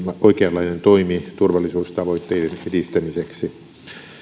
oikeanlainen toimi turvallisuustavoitteiden edistämiseksi